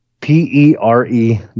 P-E-R-E